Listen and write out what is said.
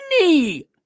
money